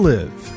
Live